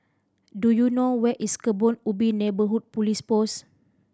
do you know where is Kebun Ubi Neighbourhood Police Post